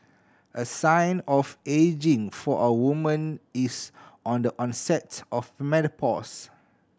a sign of ageing for a woman is on the onset of menopause